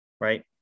right